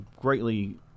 greatly